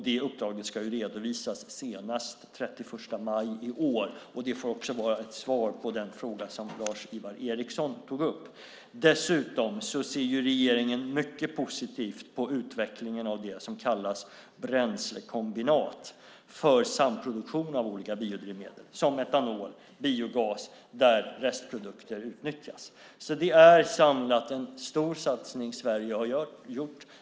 Det uppdraget ska ju redovisas senast den 31 maj i år. Det får också vara svar på den fråga som Lars-Ivar Ericson tog upp. Dessutom ser regeringen mycket positivt på utvecklingen av det som kallas bränslekombinat för samproduktion av olika biodrivmedel, som etanol och biogas, där restprodukter utnyttjas. Det är samlat en stor satsning som Sverige har gjort.